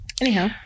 Anyhow